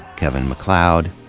kevin macleod,